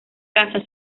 casa